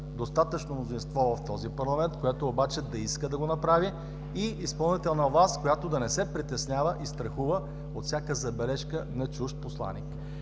достатъчно мнозинство в този парламент, което обаче да иска да го направи, и изпълнителната власт, която да не се притеснява и страхува от всяка забележка на чужд посланик.